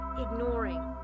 ignoring